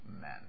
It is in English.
men